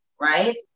right